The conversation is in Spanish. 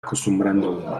acostumbrando